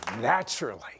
naturally